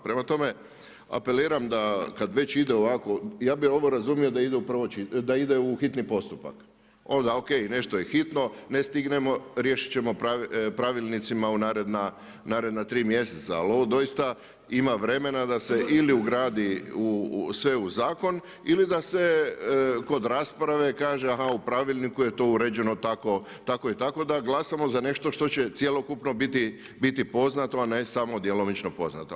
Prema tome, apeliram da kada već ide ovako, ja bi ovo razumio da ide u hitni postupak, onda ok nešto je hitno, ne stignemo riješit ćemo pravilnicima u naredna tri mjeseca, ali ovo doista ima vremena da se ili ugradi sve u zakon ili da se kod rasprava kaže aha u pravilniku je to uređeno tako i tako da glasamo za nešto što će cjelokupno biti poznato, a ne samo djelomično poznato.